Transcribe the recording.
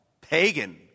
pagan